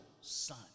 son